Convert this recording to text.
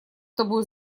тобой